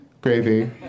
gravy